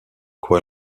quoi